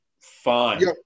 fine